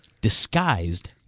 disguised